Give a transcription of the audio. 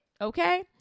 Okay